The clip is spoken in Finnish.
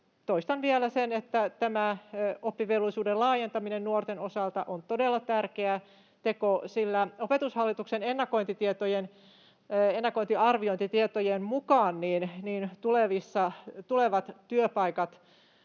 toistan vielä sen, että tämä oppivelvollisuuden laajentaminen nuorten osalta on todella tärkeä teko, sillä Opetushallituksen ennakointiarviointitietojen mukaan tulevat työpaikat